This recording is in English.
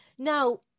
Now